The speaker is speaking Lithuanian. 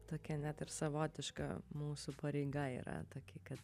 tokia net ir savotiška mūsų pareiga yra tokie kad